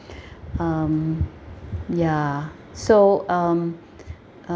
um ya so um